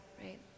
right